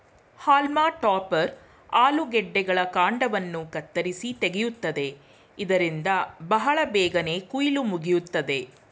haulm topper ಆಲೂಗಡ್ಡೆಗಳ ಕಾಂಡವನ್ನು ಕತ್ತರಿಸಿ ತೆಗೆಯುತ್ತದೆ ಇದರಿಂದ ಬಹಳ ಬೇಗನೆ ಕುಯಿಲು ಮುಗಿಯುತ್ತದೆ